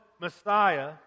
Messiah